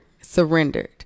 surrendered